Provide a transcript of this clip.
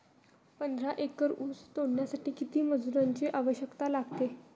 पंधरा एकर ऊस तोडण्यासाठी किती मजुरांची आवश्यकता लागेल?